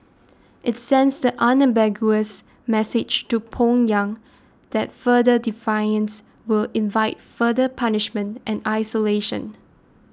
it sends the unambiguous message to Pyongyang that further defiance will invite further punishment and isolation